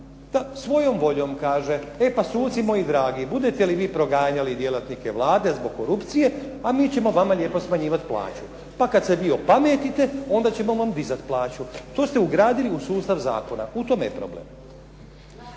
Svojom voljom, kaže. E pa suci moji dragi, budete li vi proganjali djelatnike Vlade zbog korupcije, a mi ćemo vama lijepo smanjivat plaću. Pa kad se vi opametite, onda ćemo vam dizat plaću. To ste ugradili u sustav zakona. U tome je problem.